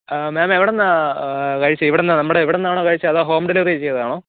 ആ മാം എവിടുന്നാണ് കഴിച്ചത് ഇവിടുന്ന് നമ്മുടെ ഇവിടെന്നാണോ കഴിച്ചത് അതോ ഹോം ഡെലിവറി ചെയ്തതാണോ